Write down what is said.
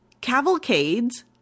cavalcades